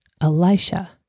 Elisha